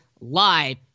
live